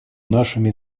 нашими